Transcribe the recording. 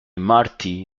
marty